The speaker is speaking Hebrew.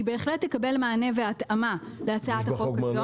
היא בהחלט תקבל מענה והתאמה בהצעת החוק.